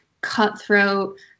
cutthroat